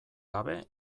gabe